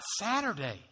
Saturday